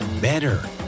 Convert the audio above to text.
better